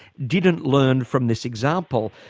didn't learn from this example.